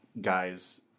guys